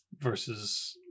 versus